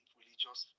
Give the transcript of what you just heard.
religious